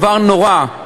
יש פה דבר נורא,